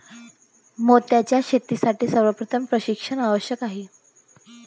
मोत्यांच्या शेतीसाठी सर्वप्रथम प्रशिक्षण आवश्यक आहे